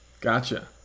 Gotcha